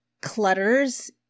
clutters